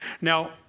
Now